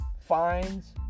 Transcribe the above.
fines